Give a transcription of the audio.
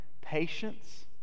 patience